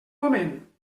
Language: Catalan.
moment